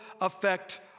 affect